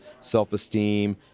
self-esteem